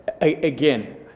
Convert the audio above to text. again